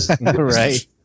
right